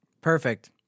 Perfect